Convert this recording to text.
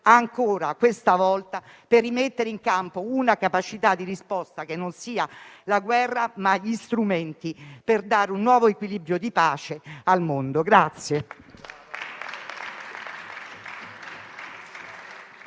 ancora, questa volta, per rimettere in campo una capacità di risposta che non sia la guerra, ma siano gli strumenti per dare un nuovo equilibrio di pace al mondo.